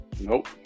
Nope